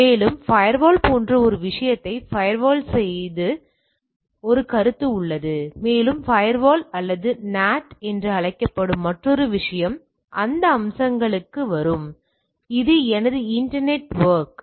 மேலும் ஃபயர்வால் போன்ற ஒரு விஷயத்தை ஃபயர்வால் செய்வது போன்ற ஒரு கருத்து உள்ளது மேலும் ஃபயர்வால் அல்லது NAT என்று அழைக்கப்படும் மற்றொரு விஷயம் அந்த அம்சங்களுக்கு வரும் இது எனது இன்டர்நெட் நெட்ஒர்க்